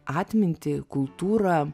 atmintį kultūrą